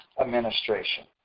administration